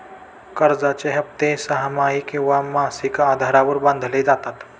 कर्जाचे हप्ते सहामाही किंवा मासिक आधारावर बांधले जातात